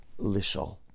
Lishol